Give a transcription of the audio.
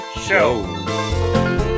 show